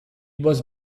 was